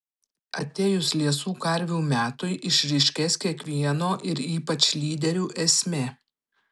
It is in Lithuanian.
atėjus liesų karvių metui išryškės kiekvieno ir ypač lyderių esmė